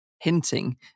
hinting